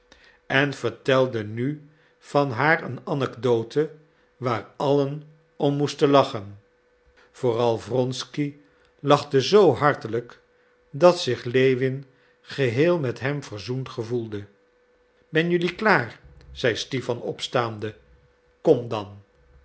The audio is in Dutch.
en vertelde nu van haar een anecdote waar allen om moesten lachen vooral wronsky lachte zoo hartelijk dat zich lewin geheel met hem verzoend gevoelde ben jelui klaar zei stipan opstaande komt dan